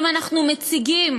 אם אנחנו מציגים